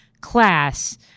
class